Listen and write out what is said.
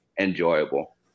enjoyable